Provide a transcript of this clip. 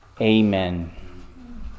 amen